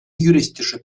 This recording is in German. juristische